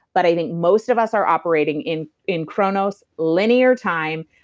but i think most of us are operating in in kronos linear time,